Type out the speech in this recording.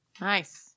Nice